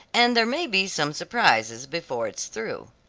and there may be some surprises before it is through.